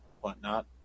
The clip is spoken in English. whatnot